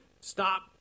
stop